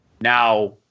Now